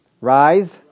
Rise